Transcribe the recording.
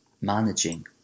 managing